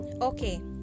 okay